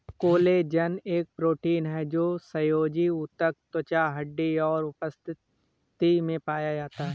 collagen एक protein है जो संयोजी ऊतक, त्वचा, हड्डी और उपास्थि में पाया जाता है